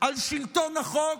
על שלטון החוק,